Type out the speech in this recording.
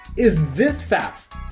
is this fast?